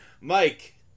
Mike